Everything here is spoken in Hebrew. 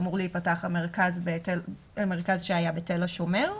אמור להיפתח המרכז שהיה בתל השומר,